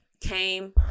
Came